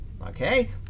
Okay